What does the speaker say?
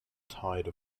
tide